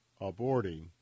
aborting